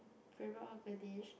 favorite hawker dish